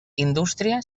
indústria